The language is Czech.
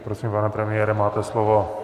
Prosím, pane premiére, máte slovo.